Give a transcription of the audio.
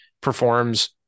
performs